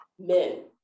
men